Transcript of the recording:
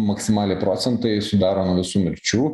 maksimaliai procentai sudaro nuo visų mirčių